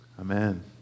Amen